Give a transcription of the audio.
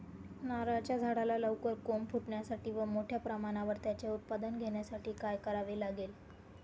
नारळाच्या झाडाला लवकर कोंब फुटण्यासाठी व मोठ्या प्रमाणावर त्याचे उत्पादन घेण्यासाठी काय करावे लागेल?